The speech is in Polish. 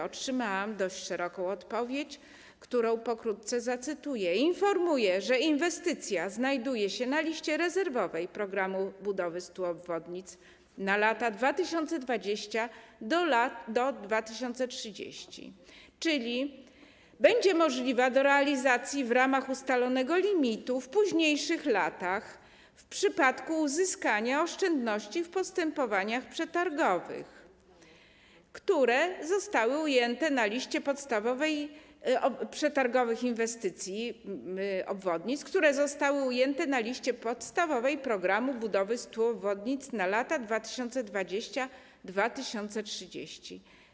Otrzymałam dość szeroką odpowiedź, którą pokrótce zacytuję: Informuję, że inwestycja znajduje się na liście rezerwowej „Programu budowy 100 obwodnic na lata 2020-2030”, czyli będzie możliwa do realizacji w ramach ustalonego limitu w późniejszych latach w przypadku uzyskania oszczędności w postępowaniach przetargowych dotyczących inwestycji, obwodnic, które zostały ujęte na liście podstawowej „Programu budowy 100 obwodnic na lata 2020-2030”